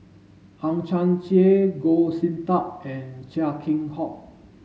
Hang Chang Chieh Goh Sin Tub and Chia Keng Hock